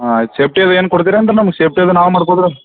ಹಾಂ ಆಯ್ತು ಸೇಪ್ಟಿ ಅದು ಏನು ಕೊಡ್ತೀರೇನು ರೀ ನಮಗೆ ಸೇಪ್ಟಿ ಅದು ನಾವೇ ಮಾಡ್ಕೋಳೊದು